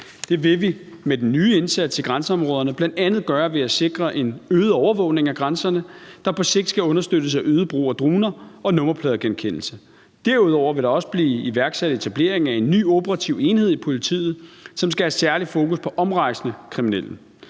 Det vil vi med den nye indsats i grænseområderne bl.a. gøre ved at sikre en øget overvågning af grænserne, der på sigt skal understøttes af øget brug af droner og nummerpladegenkendelse. Derudover vil der også blive iværksat etablering af en ny operativ enhed i politiet, som skal have særligt fokus på omrejsende kriminelle.